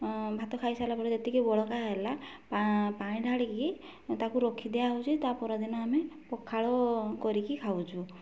ଭାତ ଖାଇ ସାରିଲା ପରେ ଯେତିକି ବଳକା ହେଲା ପାଣି ଢାଳିକି ତାକୁ ରଖିଦିଆହେଉଛି ତା ପରଦିନ ଆମେ ପଖାଳ କରିକି ଖାଉଛୁ